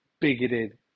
bigoted